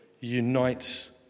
unites